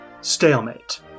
Stalemate